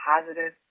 positive